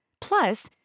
Plus